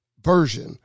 Version